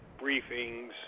briefings